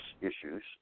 issues